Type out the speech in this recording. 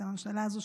את הממשלה הזאת,